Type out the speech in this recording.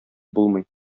булмый